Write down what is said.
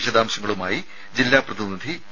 വിശദാംശങ്ങളുമായി ജില്ലാ പ്രതിനിധി പി